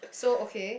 so okay